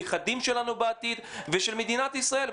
לנכדים שלנו בעתיד ולמדינת ישראל.